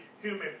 human